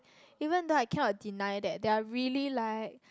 even though I cannot deny that they are really like